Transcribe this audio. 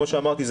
כמו שאמרתי,